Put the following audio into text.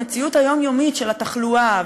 המציאות היומיומית של התחלואה,